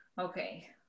okay